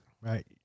Right